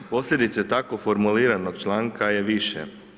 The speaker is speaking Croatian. Posljedice tako formuliranog članka je više.